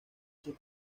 sus